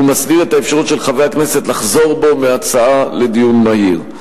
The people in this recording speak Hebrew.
הוא מסדיר את האפשרות של חבר הכנסת לחזור בו מההצעה לדיון מהיר.